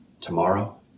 tomorrow